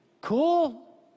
cool